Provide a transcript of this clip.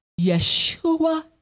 Yeshua